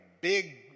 big